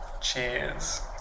Cheers